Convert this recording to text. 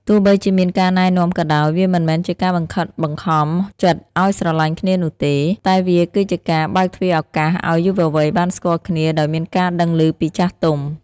ទោះបីជាមានការណែនាំក៏ដោយ វាមិនមែនជាការបង្ខិតបង្ខំចិត្តឱ្យស្រឡាញ់គ្នានោះទេ តែវាគឺជាការបើកទ្វារឱកាសឱ្យយុវវ័យបានស្គាល់គ្នាដោយមានការដឹងឮពីចាស់ទុំ។